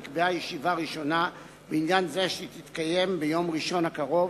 נקבעה ישיבה ראשונה בעניין זה ליום ראשון הקרוב,